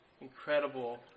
incredible